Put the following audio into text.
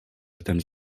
tan